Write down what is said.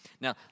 Now